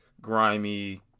grimy